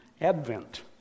Advent